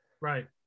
Right